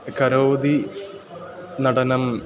करोति नटनं